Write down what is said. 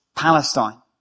Palestine